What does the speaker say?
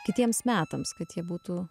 kitiems metams kad jie būtų